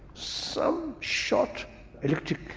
some short electric.